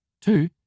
Two